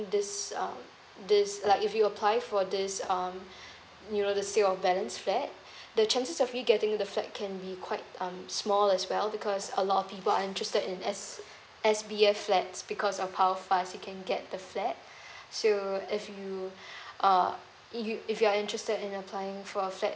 this um this like if you apply for this um you know the sale of balance flat the chances of you getting the flat can be quite um small as well because a lot of people are interested in S_B_F flats because of how fast you can get the flat so if you uh if you are interested in applying for a flat